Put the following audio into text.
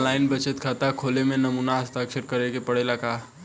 आन line बचत खाता खोले में नमूना हस्ताक्षर करेके पड़ेला का?